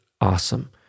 awesome